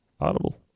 audible